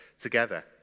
together